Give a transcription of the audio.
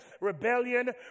rebellion